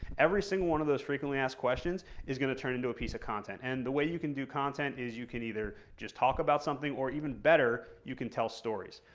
every single one of those frequently asked questions is going to turn into a piece of content. and the way you can do content is you can either just talk about something, or even better, you can tell stories.